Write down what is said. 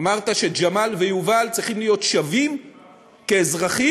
אמרת שג'מאל ויובל צריכים להיות שווים כאזרחים,